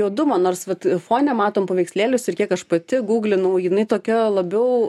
juodumo nors vat fone matom paveikslėlius ir kiek aš pati gūglinau jinai tokia labiau